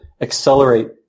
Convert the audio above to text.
accelerate